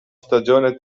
stagione